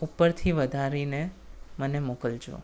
ઉપરથી વધારીને મને મોકલજો